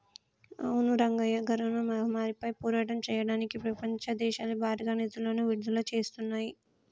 అవును రంగయ్య కరోనా మహమ్మారిపై పోరాటం చేయడానికి ప్రపంచ దేశాలు భారీగా నిధులను విడుదల చేస్తున్నాయి